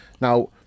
Now